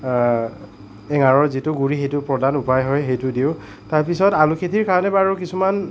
এঙাৰৰ যিটো গুৰি সেইটো প্ৰধান উপায় হয় সেইটো দিওঁ তাৰ পিছত আলু খেতিৰ কাৰণে বাৰু কিছুমান